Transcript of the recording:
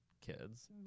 kids